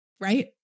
Right